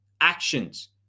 actions